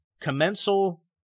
commensal